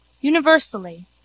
Universally